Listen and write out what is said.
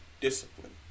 discipline